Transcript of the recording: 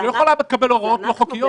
היא לא יכולה לקבל הוראות לא חוקיות.